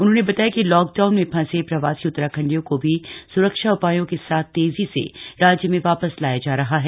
उन्होंने बताया कि लाक डाउन में फंसे प्रवासी उत्तराखंडियों को भी सुरक्षा उपायों के साथ तेजी से राज्य में वापस लाया जा रहा हैं